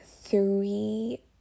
three